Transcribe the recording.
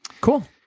Cool